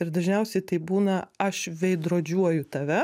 ir dažniausiai tai būna aš veidrodžiuoju tave